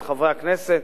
את חברי הכנסת,